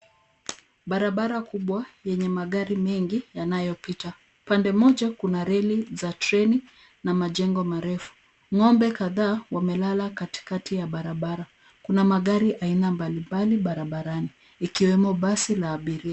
Barabara kubwa yenye magari mengi yanayopita. Upande moja kuna reli za treni na majengo marefu. Ng'ombe kadhaa wamelala katikati ya barabara. Kuna magari aina mbalimbali barabarani ikiwemo basi la abiria.